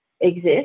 exist